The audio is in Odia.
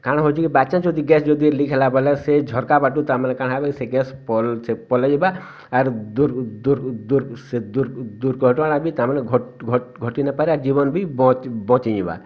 କାଣା ହଉଛି କି ଯଦି ଗ୍ୟାସ୍ ଯଦି ଲିକ୍ ହେଲା ବଲେ ସେ ଝରକା ବାଟୁ ତାମାନେ କାଣା ହବ ସେ ଗ୍ୟାସ୍ ପଲେଇବା ଆରୁ ଦୂର୍କୁ ଦୂର୍କୁ ଦୂର୍କୁ ସେ ଦୂର୍କୁ ଦୂର୍କୁ ଘଟଣାଟି ତା'ମାନେ ଘଟି ନପାରେ ଆଗ୍ ଜୀବନ ବି ବଞ୍ଚି ଯିବାର୍